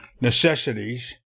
necessities